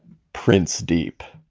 print's deep